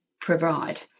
provide